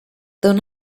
though